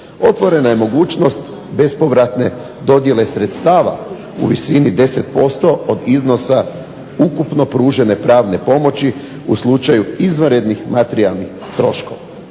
Otvorena je mogućnost bespovratne dodjele sredstava u visini 10% od iznosa ukupno pružene pravne pomoći u slučaju izvanrednih materijalnih troškova.